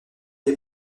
des